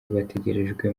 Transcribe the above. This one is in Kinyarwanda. bategerejwe